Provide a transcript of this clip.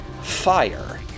fire